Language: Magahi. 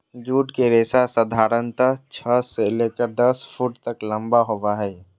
जूट के रेशा साधारणतया छह से लेकर दस फुट तक लम्बा होबो हइ